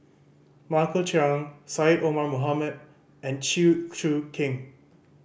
Michael Chiang Syed Omar Mohamed and Chew Choo Keng